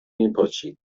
میپاشید